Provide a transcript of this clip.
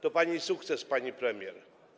To pani sukces, pani premier.